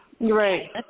Right